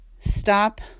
stop